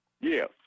Yes